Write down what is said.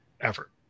effort